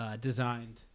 designed